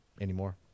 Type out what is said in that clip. Anymore